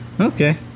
Okay